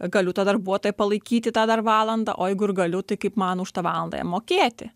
galiu tą darbuotoją palaikyti tą dar valandą o jeigu ir galiu tai kaip man už tą valandą jam mokėti